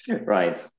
right